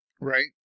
right